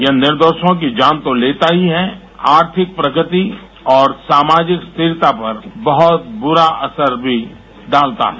यह निर्दोषों की जान तो लेता ही है आर्थिक प्रगति और सामाजिक स्थिरता पर बहुत बुरा असर भी डालता है